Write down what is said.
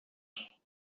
that